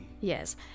yes